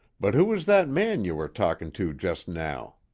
but who was that man you were talking to just now?